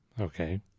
Okay